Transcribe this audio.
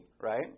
right